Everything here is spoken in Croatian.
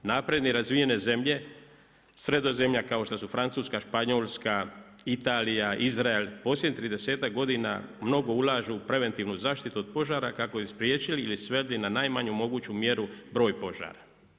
Napredne i razvijene zemlje Sredozemlja kao što su Francuska, Španjolska, Italija, Izrael posljednjih 30-tak godina mnogo ulažu u preventivnu zaštitu od požara kako bi spriječili ili sveli na najmanju moguću mjeru broj požara.